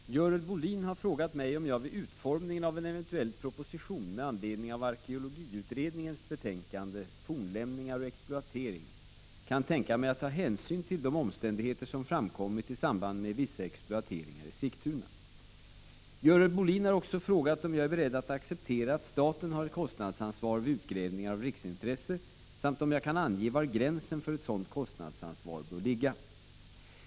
Herr talman! Görel Bohlin har frågat mig om jag vid utformningen av en eventuell proposition med anledning av arkeologiutredningens betänkande ”Fornlämningar och exploatering”, kan tänka mig att ta hänsyn till de omständigheter som framkommit i samband med vissa exploateringar i Sigtuna. Görel Bohlin har också frågat om jag är beredd att acceptera att staten har ett kostnadsansvar vid utgrävningar av riksintresse samt om jag kan ange var gränsen för ett sådant kostnadsansvar bör ligga.